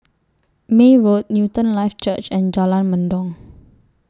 May Road Newton Life Church and Jalan Mendong